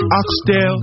oxtail